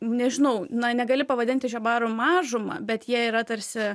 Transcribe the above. nežinau na negali pavadinti žiobarų mažuma bet jie yra tarsi